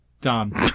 Done